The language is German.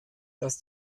dass